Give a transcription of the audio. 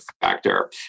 factor